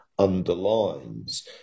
underlines